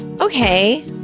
Okay